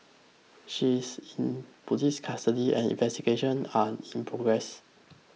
she's in police custody and investigations are in progress